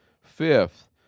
Fifth